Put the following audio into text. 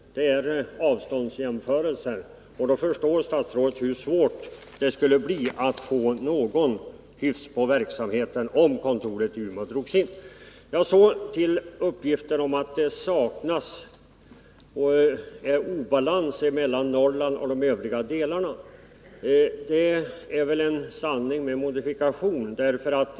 Det är fråga om samma avstånd. Då förstår statsrådet hur svårt det skulle bli att få någon hyfs på verksamheten om kontoret i Umeå drogs in. Uppgiften om att det råder obalans mellan Norrland och de övriga delarna av landet är väl en sanning med modifikation.